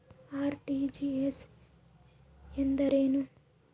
RTGS ಎಂದರೇನು?